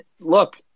look